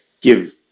give